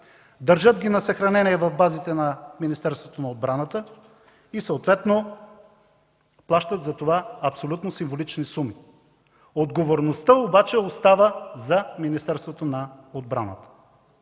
държат ги на съхранение в базите на Министерството на отбраната и съответно плащат за това абсолютно символични суми. Отговорността обаче остава за Министерството на отбраната.